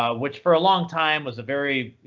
ah which for a long time was very,